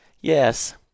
Yes